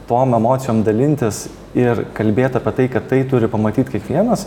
tom emocijom dalintis ir kalbėt apie tai kad tai turi pamatyt kiekvienas